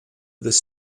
this